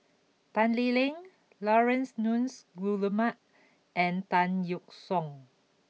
Tan Lee Leng Laurence Nunns Guillemard and Tan Yeok Seong